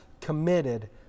committed